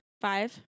five